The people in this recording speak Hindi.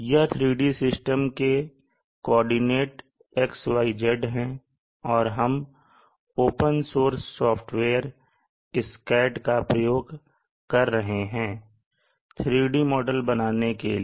यह 3D सिस्टम के कोऑर्डिनेट X Y Z है और हम ओपन सोर्स सॉफ्टवेयर SCAD का प्रयोग कर रहे हैं 3D मॉडल बनाने के लिए